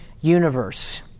universe